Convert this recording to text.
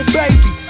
baby